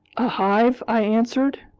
a hive? i answered,